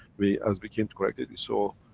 we, as we came to correct it, we saw,